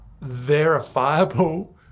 verifiable